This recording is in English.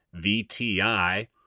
VTI